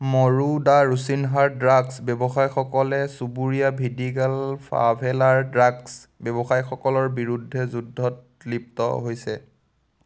মৰো দ্য় ৰোচিনহাৰ ড্ৰাগছ ব্যৱসায়ীসকলে চুবুৰীয়া ভিডিগাল ফাভেলাৰ ড্ৰাগছ ব্যৱসায়ীসকলৰ বিৰুদ্ধে যুদ্ধত লিপ্ত হৈছে